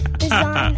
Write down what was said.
design